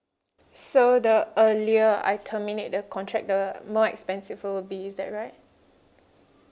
so the earlier I terminate the contract the more expensive will it be is that right